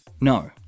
No